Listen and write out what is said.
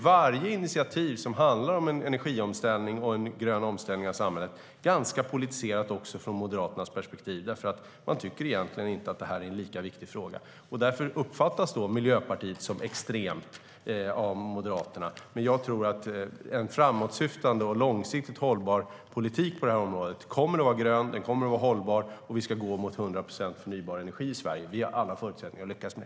Varje initiativ som handlar om energiomställning och en grön omställning av samhället blir ganska politiserat ur Moderaternas perspektiv, för man tycker egentligen inte att det är en lika viktig fråga. Därför uppfattas Miljöpartiet som extremt av Moderaterna. Jag tror dock att en framåtsyftande och långsiktigt hållbar politik på det här området kommer att vara grön och hållbar. Vi ska gå mot 100 procent förnybar energi i Sverige. Det har vi alla förutsättningar att lyckas med.